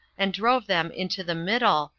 and drove them into the middle,